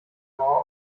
mauer